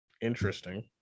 interesting